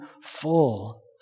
full